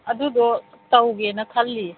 ꯑꯗꯨꯗꯣ ꯇꯧꯒꯦꯅ ꯈꯜꯂꯤꯌꯦ